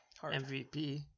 MVP